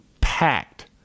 packed